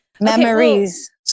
memories